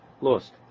lost